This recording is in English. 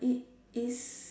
it is